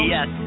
Yes